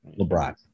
LeBron